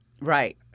right